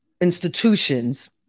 institutions